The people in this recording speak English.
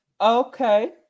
okay